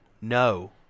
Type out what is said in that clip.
No